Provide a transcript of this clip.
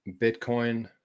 Bitcoin